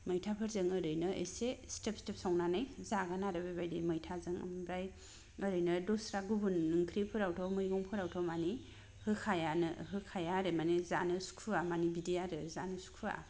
मैथाफोरजों ओरैनो एसे सिदोब सिदोब संनानै जागोन आरो बे बायदि मैथाजों आमफ्राय ओरैनो दस्रा गुबुन ओंख्रिफोरावथ' मैगंफोरावथ' मानि होखायानो होखाया आरो मानि जानो सुखुआ मानि बिदिआरो जानो सुखुआ